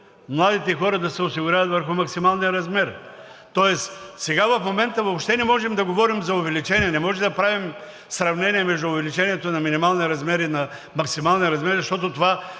младите хора да се осигуряват върху максималния размер. Тоест, сега в момента въобще не можем да говорим за увеличение. Не може да правим сравнение между увеличението на минималния размер и на максималния размер,